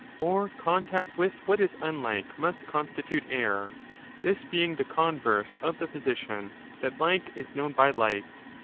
or contact with what is unlike must constitute error this being the converse of the position that like is known by like.